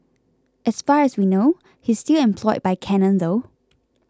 as far as we know he's still employed by Canon though